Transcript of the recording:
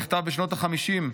נכתב בשנות החמישים,